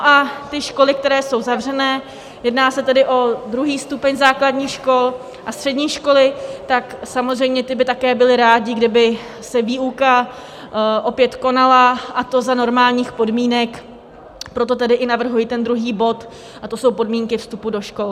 A ty školy, které jsou zavřené, jedná se tedy o druhý stupeň základních škol a střední školy, tak samozřejmě ty by také byly rády, kdyby se výuka opět konala, a to za normálních podmínek, proto tedy i navrhuji ten druhý bod, a to jsou podmínky vstupu do škol.